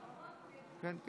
לפיכך,